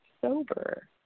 sober